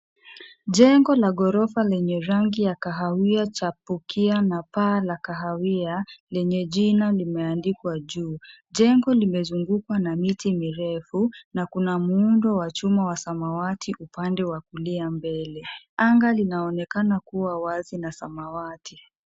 Jengo la gorofa lenye rangi ya kahawia chapukia na paa la kahawia lenye jina limeandikwa juu. Jengo limezungukwa na miti mirefu na kuna muundo wa chuma wa samawati upande wa kulia mbele .Anga linaonekana kuwa wazi na samawati.